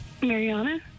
Mariana